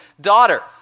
daughter